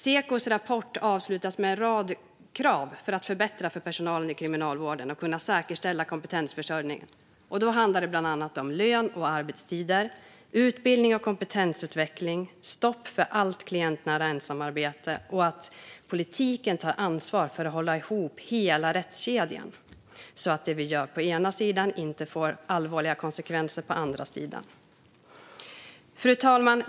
Sekos rapport avslutas med en rad krav för att förbättra för personalen i Kriminalvården och säkerställa kompetensförsörjningen. Det handlar bland annat om lön och arbetstider, utbildning och kompetensutveckling, stopp för allt klientnära ensamarbete och att politiken tar ansvar för att hålla ihop hela rättskedjan så att det vi gör på ena sidan inte får allvarliga konsekvenser på andra sidan. Fru talman!